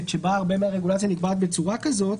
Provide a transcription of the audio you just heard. שבה הרבה מהרגולציה נקבעת בצורה כזאת.